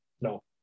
no